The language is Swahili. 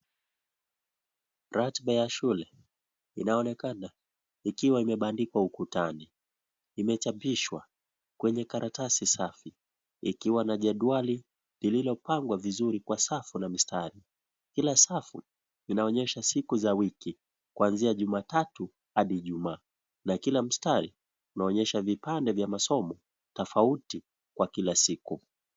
Ratiba ya shule inaonekana ikiwa imebandikwa ukutani, imechapishwa kwenye karatasi safi ikiwa na jedwali lililopangwa vizuri kwa safu na mistari, kila safu inaonyesha siku za wiki kwanzia Jumatatu hadi Ijumaa na kila mstari unaonyesha vipande vya masomo tofauti kwa kila siku.